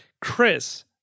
Chris